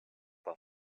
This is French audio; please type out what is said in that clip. pas